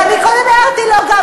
ואני קודם הערתי לו גם,